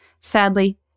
Sadly